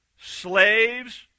slaves